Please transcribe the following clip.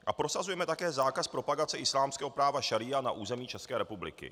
A prosazujeme také zákaz propagace islámského práva šaría na území České republiky.